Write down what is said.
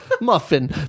Muffin